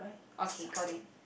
okay got it